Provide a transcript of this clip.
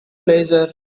laser